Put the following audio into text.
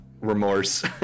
remorse